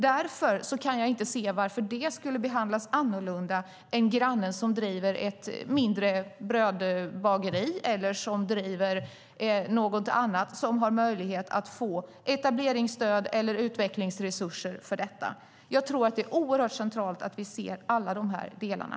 Därför kan jag inte se varför det skulle behandlas annorlunda än grannen som driver ett mindre brödbageri eller som driver något annat som har möjlighet att få etableringsstöd eller utvecklingsresurser. Jag tror att det är oerhört centralt att vi ser alla de här delarna.